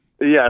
Yes